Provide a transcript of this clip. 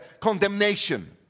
condemnation